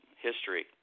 history